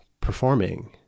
performing